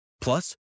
Plus